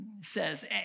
says